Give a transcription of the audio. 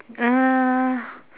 uh